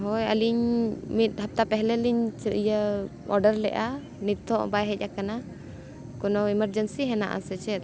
ᱦᱳᱭ ᱟᱹᱞᱤᱧ ᱢᱤᱫ ᱦᱟᱯᱛᱟ ᱯᱮᱦᱞᱮ ᱞᱤᱧ ᱤᱭᱟᱹ ᱚᱰᱟᱨ ᱞᱮᱫᱼᱟ ᱱᱤᱛᱳᱜ ᱵᱟᱭ ᱦᱮᱡ ᱟᱠᱟᱱᱟ ᱠᱳᱱᱳ ᱮᱢᱟᱨᱡᱮᱱᱥᱤ ᱦᱮᱱᱟᱜᱼᱟ ᱥᱮ ᱪᱮᱫ